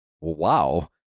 wow